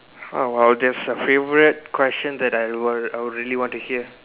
oh !wow! there's a favorite question that I would I would really want to hear